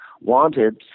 wanted